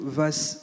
verse